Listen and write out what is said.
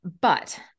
but-